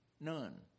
None